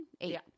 eight